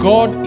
God